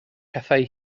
pethau